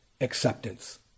acceptance